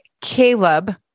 Caleb